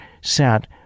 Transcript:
sat